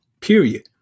Period